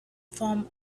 form